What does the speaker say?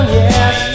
yes